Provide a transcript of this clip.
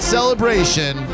Celebration